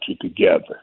together